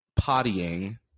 pottying